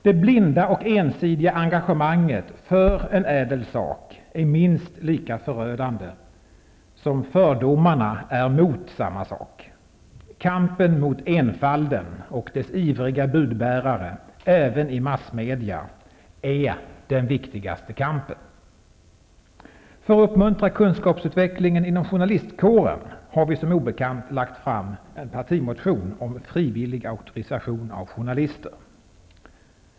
Det blinda och ensidiga engagemanget för en ädel sak är minst lika förödande som fördomarna mot samma sak. Kampen mot enfalden och dess ivriga budbärare, även i massmedia, är den viktigaste kampen. För att uppmuntra kunskapsutvecklingen inom journalistkåren har vi som obekant lagt fram en partimotion om frivillig auktorisation av journalister.